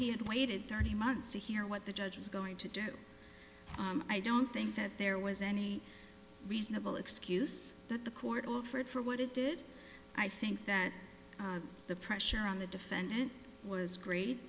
he had waited thirty months to hear what the judge is going to do i don't think that there was any reasonable excuse that the court offered for what it did i think that the pressure on the defendant was great